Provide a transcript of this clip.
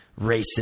racist